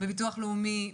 בביטוח לאומי,